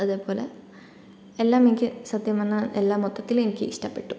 അതുപോലെ എല്ലാം എനിക്ക് സത്യം പറഞ്ഞാൽ എല്ലാം മൊത്തത്തിൽ എനിക്ക് ഇഷ്ടപ്പെട്ടു